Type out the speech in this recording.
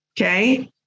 Okay